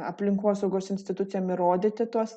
aplinkosaugos institucijom įrodyti tuos